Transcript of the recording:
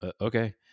okay